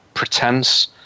pretense